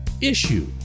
issue